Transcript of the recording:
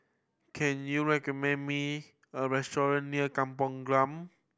can you recommend me a restaurant near Kampung Glam